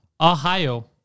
Ohio